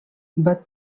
but